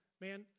Man